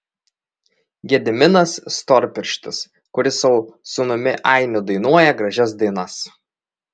gediminas storpirštis kuris su sūnumi ainiu dainuoja gražias dainas